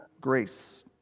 grace